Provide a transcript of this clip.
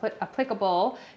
applicable